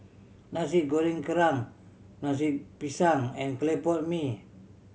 Nasi Goreng Kerang nasi pisang and clay pot mee